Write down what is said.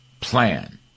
plan